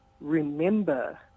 remember